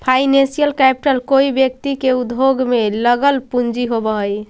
financial capital कोई व्यक्ति के उद्योग में लगल पूंजी होवऽ हई